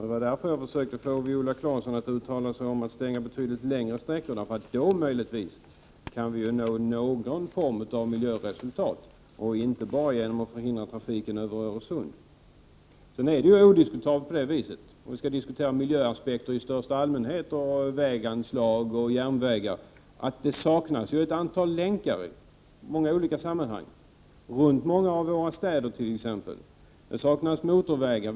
Det var därför som jag försökte få Viola Claesson uttala sig för att man skulle stänga dessa betydligt längre sträckor, för då kan vi möjligtvis nå någon form av miljöresultat, vilket vi inte kan göra enbart genom att förhindra trafiken över Öresund. Om vi skall diskutera miljöaspekter i största allmänhet, anslag till vägar och anslag till järnvägar är det odisputabelt så, att det saknas ett antal länkar i många olika sammanhang, t.ex. runt flera av våra städer. Det saknas motorvägar.